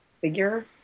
figure